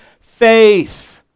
faith